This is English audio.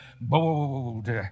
bold